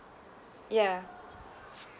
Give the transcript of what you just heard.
ya